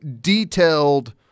detailed